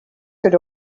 could